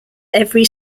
every